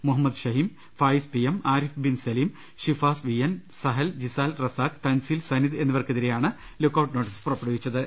Muhammad Shahim Faiz P M Arif bin Salim Shifas V N Sahal Jisal Razak Thanseel Sanid എന്നിവർക്കെതിരെയാണ് lookout notice പുറപ്പെടു വിച്ചത്